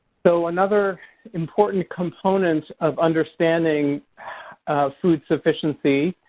so another important component of understanding food sufficiency